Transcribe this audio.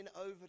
over